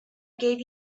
gave